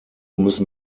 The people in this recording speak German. müssen